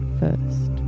first